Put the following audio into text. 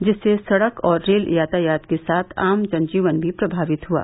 जिससे सड़क और रेल यातायात के साथ आम जन जीवन भी प्रभावित हुआ